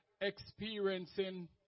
experiencing